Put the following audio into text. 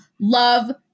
love